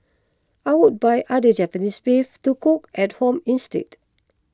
I would buy other Japanese beef to cook at home instead